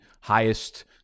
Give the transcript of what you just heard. highest